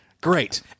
great